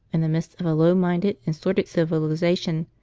in the midst of a low-minded and sordid civilisation,